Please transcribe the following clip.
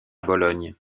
bologne